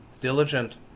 diligent